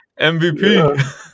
MVP